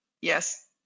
yes